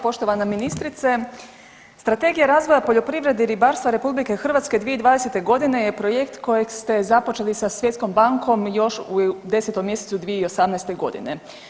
Poštovana ministrice, Strategija razvoja poljoprivrede i ribarstva RH 2020. godine je projekt kojeg ste započeli sa Svjetskom bankom još u 10. mjesecu 2018. godine.